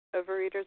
Overeaters